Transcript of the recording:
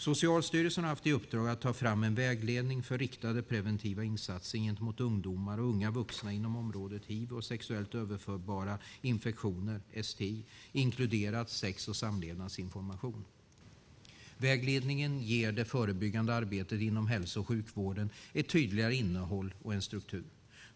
Socialstyrelsen har haft i uppdrag att ta fram en vägledning för riktade preventiva insatser gentemot ungdomar och unga vuxna inom området hiv och sexuellt överförbara infektioner, STI, inkluderat sex och samlevnadsinformation. Vägledningen ger det förebyggande arbetet inom hälso och sjukvården ett tydligare innehåll och en struktur.